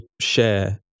share